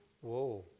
Whoa